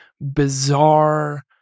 bizarre